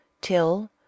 till